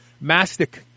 mastic